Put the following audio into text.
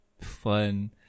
fun